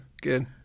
Good